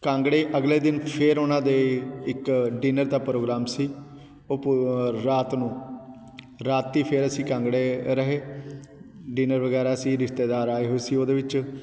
ਕਾਂਗੜੇ ਅਗਲੇ ਦਿਨ ਫਿਰ ਉਹਨਾਂ ਦੇ ਇੱਕ ਡਿਨਰ ਦਾ ਪ੍ਰੋਗਰਾਮ ਸੀ ਉਹ ਪ ਰਾਤ ਨੂੰ ਰਾਤੀਂ ਫਿਰ ਅਸੀਂ ਕਾਂਗੜੇ ਰਹੇ ਡਿਨਰ ਵਗੈਰਾ ਸੀ ਰਿਸ਼ਤੇਦਾਰ ਆਏ ਹੋਏ ਸੀ ਉਹਦੇ ਵਿੱਚ